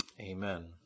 Amen